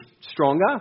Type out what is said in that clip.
stronger